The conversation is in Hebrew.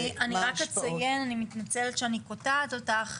אני רק אציין, אני מתנצלת שאני קוטעת אותך.